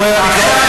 למה אתה ממציא שטויות?